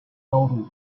nauru